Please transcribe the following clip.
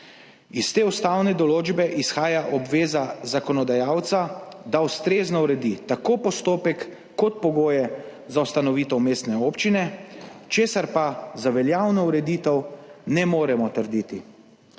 Iz te ustavne določbe izhaja obveza zakonodajalca, da ustrezno uredi tako postopek kot pogoje za ustanovitev mestne občine, česar pa za veljavno ureditev ne moremo trditi.